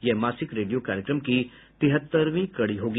यह मासिक रेडियो कार्यक्रम की तिहत्तरवीं कड़ी होगी